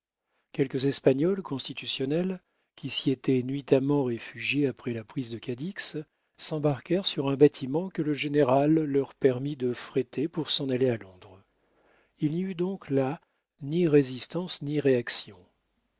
quelques espagnols constitutionnels qui s'y étaient nuitamment réfugiés après la prise de cadix s'embarquèrent sur un bâtiment que le général leur permit de fréter pour s'en aller à londres il n'y eut donc là ni résistance ni réaction